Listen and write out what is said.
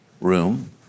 room